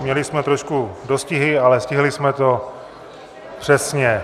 Měli jsme trošku dostihy, ale stihli jsme to přesně.